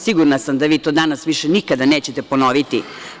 Sigurna sam da vi to danas više nikada nećete ponoviti.